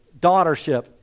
daughtership